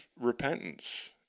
repentance